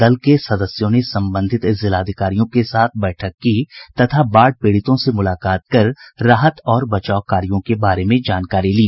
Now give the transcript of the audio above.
दल के सदस्यों ने संबंधित जिलाधिकारियों के साथ बैठक की तथा बाढ़ पीड़ितों से मुलाकात कर राहत और बचाव कार्यों के बारे में जानकारी ली